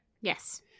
Yes